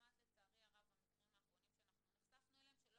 דוגמת המקרים האחרונים שאנחנו נחשפנו אליהם ולא